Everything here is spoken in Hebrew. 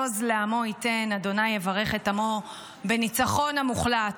עז לעמו יתן ה' יברך את עמו" לא מאחר "בניצחון המוחלט".